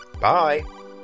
Bye